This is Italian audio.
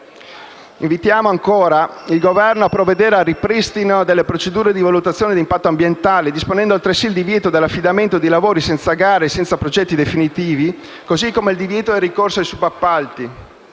Invitiamo ancora il Governo a provvedere al ripristino delle procedure di valutazione d'impatto ambientale, disponendo altresì il divieto dell'affidamento di lavori senza gare e senza progetti definitivi, così come il divieto di ricorso a subappalti,